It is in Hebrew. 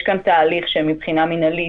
יש כאן תהליך מורכב מבחינה מינהלית,